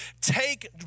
take